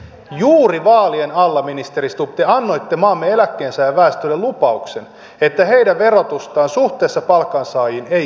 juuri vaalien alla ministeri stubb te annoitte maamme eläkkeensaajaväestölle lupauksen että heidän verotustaan suhteessa palkansaajiin ei kiristetä